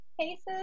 cases